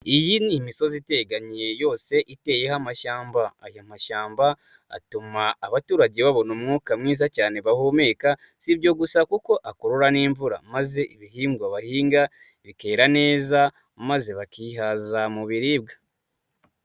Iyi ni imisozi iteganye yose iteyeho amashyamba, aya mashyamba atuma abaturage babona umwuka mwiza cyane bahumeka, si byo gusa kuko akurura n'imvura, maze ibihingwa bahinga bikera neza maze bakihaza mu biribwa.